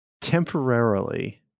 temporarily